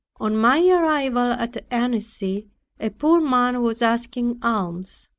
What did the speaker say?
on my arrival at annecy a poor man was asking alms.